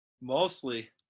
mostly